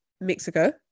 Mexico